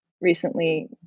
recently